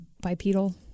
bipedal